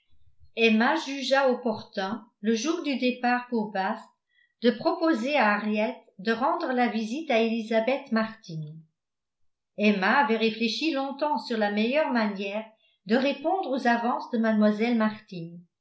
emma jugea opportun le jour du départ pour bath de proposer à henriette de rendre la visite à elisabeth martin emma avait réfléchi longtemps sur la meilleure manière de répondre aux avances de mlle martin